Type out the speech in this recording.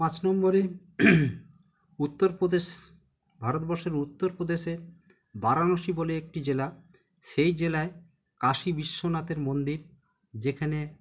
পাঁচ নম্বরে উত্তরপ্রদেশ ভারতবর্ষের উত্তরপ্রদেশে বারাণসি বলে একটি জেলা সেই জেলায় কাশী বিশ্বনাথের মন্দির যেখানে